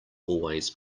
always